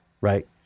right